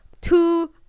two